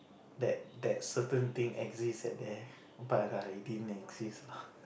that that certain exist at there but I didn't exist lah